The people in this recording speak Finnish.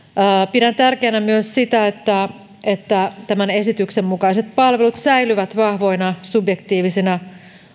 pidän tärkeänä myös sitä että että tämän esityksen mukaiset palvelut säilyvät vahvoina subjektiivisina